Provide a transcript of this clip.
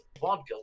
vodka